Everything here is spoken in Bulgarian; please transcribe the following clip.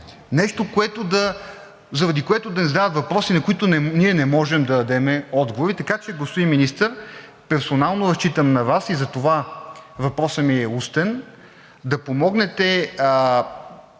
нещо, заради което да ни задават въпроси, на които ние не можем да дадем отговори. Така че, господин Министър, персонално разчитам на Вас и затова въпросът ми е устен, да помогнете